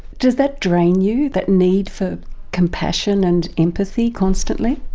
does that drain you, that need for compassion and empathy constantly?